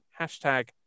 hashtag